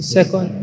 Second